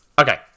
Okay